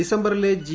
ഡിസംബറിലെ G